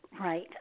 Right